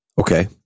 Okay